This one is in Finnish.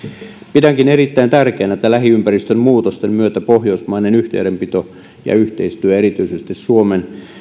pidänkin erittäin tärkeänä että lähiympäristön muutosten myötä pohjoismainen yhteydenpito ja yhteistyö erityisesti suomen